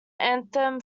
anthem